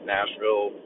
Nashville